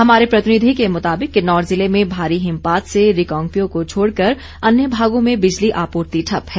हमारे प्रतिनिधि के मुताबिक किन्नौर जिले में भारी हिमपात से रिकांगपिओ को छोड़कर अन्य भागों में बिजली आपूर्ति ठप्प है